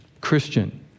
Christian